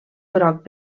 groc